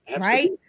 right